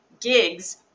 gigs